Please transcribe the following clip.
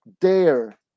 dare